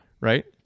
Right